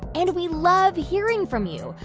and we love hearing from you.